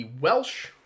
Welsh